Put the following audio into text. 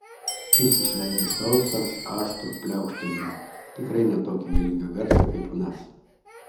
jis išleido sausą aštrų pliaukštelėjimą tikrai ne tokį galingą garsą kaip anas